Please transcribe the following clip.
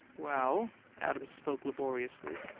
well adams spoke laboriously.